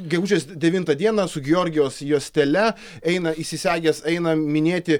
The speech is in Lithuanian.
gegužės devintą dieną su georgijaus juostele eina įsisegęs eina minėti